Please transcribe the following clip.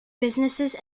businesses